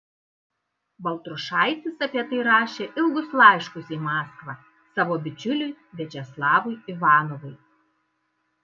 baltrušaitis apie tai rašė ilgus laiškus į maskvą savo bičiuliui viačeslavui ivanovui